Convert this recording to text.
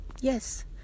Yes